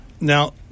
Now